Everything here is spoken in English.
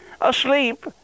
Asleep